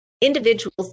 individuals